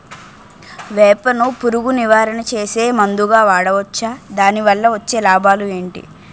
వేప ను పురుగు నివారణ చేసే మందుగా వాడవచ్చా? దాని వల్ల వచ్చే లాభాలు ఏంటి?